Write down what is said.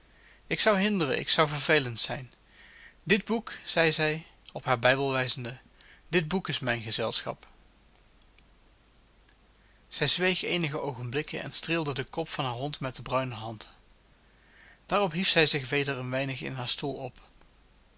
ik zou hinderen ik zou vervelend zijn dit boek zeide zij op haren bijbel wijzende dit boek is mijn gezelschap zij zweeg eenige oogenblikken en streelde den kop van haar hond met de bruine hand daarop hief zij zich weder een weinig in haar stoel op